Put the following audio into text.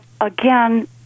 Again